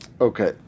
Okay